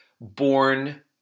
born